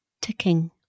ticking